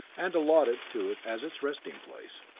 and allotted to it as its resting place.